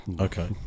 Okay